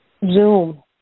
Zoom